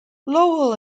lowell